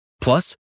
Plus